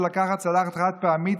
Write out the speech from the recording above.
זה לקחת צלחת חד-פעמית,